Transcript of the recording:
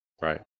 Right